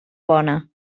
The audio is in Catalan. bona